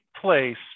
place